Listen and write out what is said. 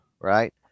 right